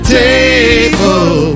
table